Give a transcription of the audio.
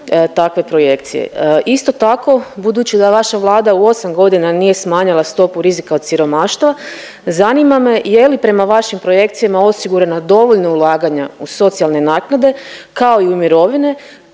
takve projekcije. Isto tako budući da vaša Vlada nije u osam godina smanjila stopu rizika od siromaštva, zanima me je li prema vašim projekcijama osigurana dovoljna ulaganja u socijalne naknade kao i u mirovine